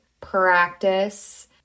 Practice